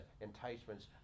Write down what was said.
enticements